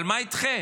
אבל מה איתכם?